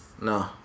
No